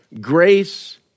Grace